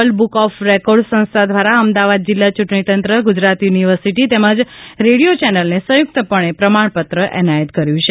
world book of record સંસ્થા દ્વારા અમદાવાદ જિલ્લા ચૂંટણીતંત્ર ગુજરાત યુનિવર્સિટી તેમજ રેડિયો ચેનલને સંયુક્તપણે પ્રમાણપત્ર એનાયત કર્યું છે